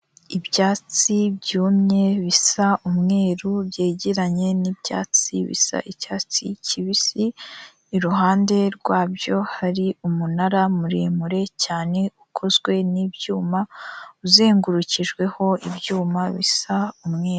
Ibyatsi byumye bisa umweru byegeranye n'ibyatsi bisa icyatsi kibisi, iruhande rwabyo hari umunara muremure cyane ukozwe n'ibyuma, uzengurukijweho ibyuma bisa umweru.